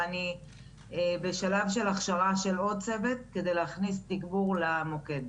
ואני בשלב של הכשרה של עוד צוות כדי להכניס תיגבור למוקד.